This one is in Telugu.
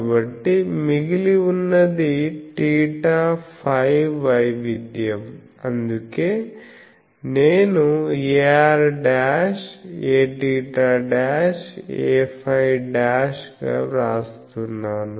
కాబట్టి మిగిలి ఉన్నది θ φ వైవిధ్యం అందుకే నేను A'r A'θ A'φ గా వ్రాస్తున్నాను